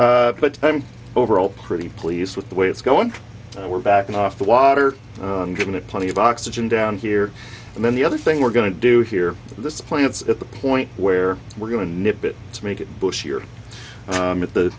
basement but i'm overall pretty pleased with the way it's going we're backing off the water getting it plenty of oxygen down here and then the other thing we're going to do here this plant's at the point where we're going to nip it to make it bush here at the